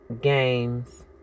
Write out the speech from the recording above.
games